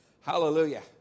Hallelujah